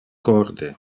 corde